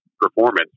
performance